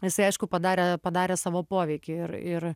jisai aišku padarė padarė savo poveikį ir ir